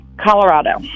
Colorado